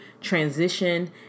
transition